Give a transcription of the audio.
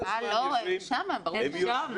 לא, הם שם, ברור שהם שם.